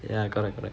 ya correct correct